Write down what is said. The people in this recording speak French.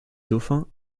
dauphins